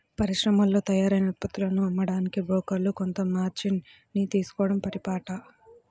పరిశ్రమల్లో తయారైన ఉత్పత్తులను అమ్మడానికి బ్రోకర్లు కొంత మార్జిన్ ని తీసుకోడం పరిపాటి